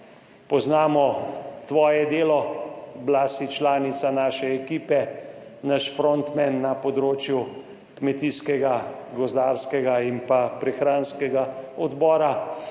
poznamo tvoje delo, bila si članica naše ekipe, naš frontman na področju kmetijskega, gozdarskega in pa prehranskega odbora,